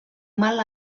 mal